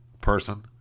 person